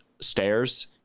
stairs